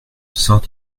cent